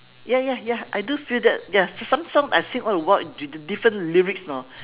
ya ya ya I do feel that ya some song I sing all the while d~ different lyrics you know